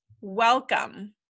welcome